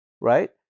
Right